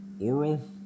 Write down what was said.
Oral